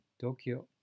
Tokyo